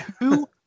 Two